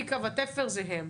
מקו התפר זה הם.